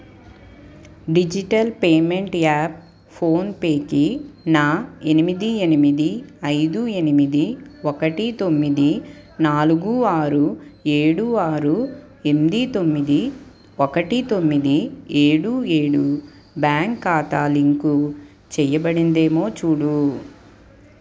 digital payment app ఫోన్పేకి నా ఎనిమిది ఎనిమిది ఐదు ఎనిమిది ఒకటి తొమ్మిది నాలుగు ఆరు ఏడు ఆరు ఎనిమిది తొమ్మిది ఒకటి తొమ్మిది ఏడు ఏడు బ్యాంక్ ఖాతా లింకు చేయబడిందేమో చూడుము